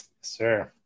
sir